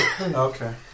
Okay